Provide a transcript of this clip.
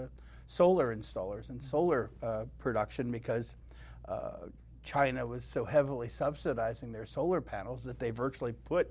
is solar installers and solar production because china was so heavily subsidizing their solar panels that they virtually put